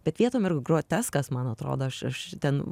bet vietom ir groteskas man atrodo aš aš ten